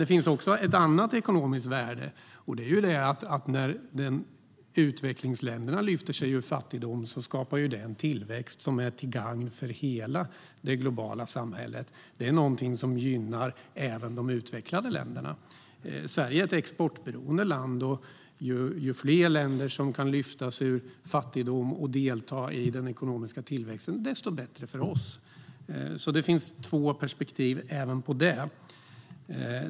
Det finns också ett annat ekonomiskt värde, och det är att när utvecklingsländerna lyfter sig ur fattigdom skapar det en tillväxt som är till gagn för hela det globala samhället. Det gynnar även de utvecklade länderna. Sverige är ett exportberoende land, och ju fler länder som kan lyfta sig ur fattigdom och delta i den ekonomiska tillväxten, desto bättre för oss. Det finns alltså två perspektiv även på detta.